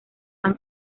han